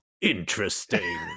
interesting